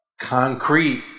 concrete